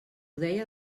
deia